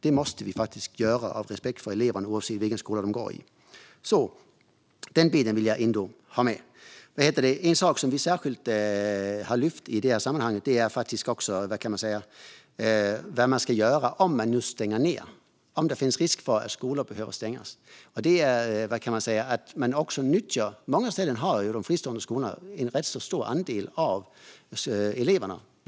Det måste vi faktiskt göra av respekt för eleverna, oavsett vilken skola de går i. En sak som vi särskilt lyft fram i det här sammanhanget är vad man ska göra om man nu stänger ned, om det finns risk att en skola behöver stängas. Många av de fristående skolorna har en rätt stor andel lokala elever.